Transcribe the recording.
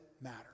matter